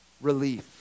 Relief